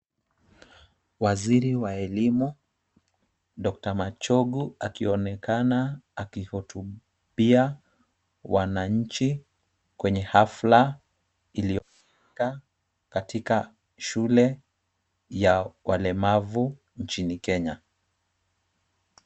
Waziri wa elimu, doctor Machogu akionekana akihutubia wananchi kwenye hafla iliyofanyika katika shule ya walemavu nchini Kenya.